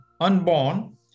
unborn